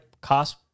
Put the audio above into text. cost